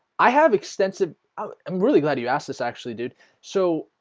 i have extensive i'm really glad you asked this actually dude so